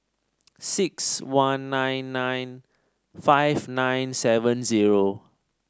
six one nine nine five nine seven zero